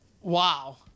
wow